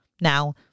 Now